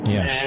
Yes